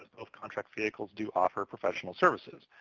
both contract vehicles do offer professional services.